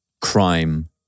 crime